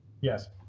Yes